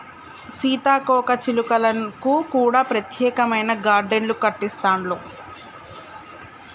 సీతాకోక చిలుకలకు కూడా ప్రత్యేకమైన గార్డెన్లు కట్టిస్తాండ్లు